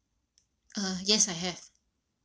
uh yes I have